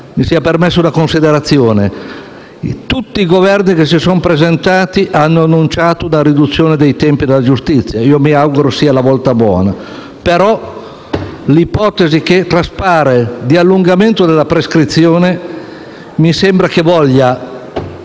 Mi sia permessa una considerazione: tutti i Governi che si sono presentati hanno annunciato una riduzione dei tempi della giustizia e mi auguro sia la volta buona. Tuttavia con l'ipotesi che traspare di allungamento della prescrizione mi sembra si